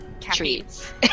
treats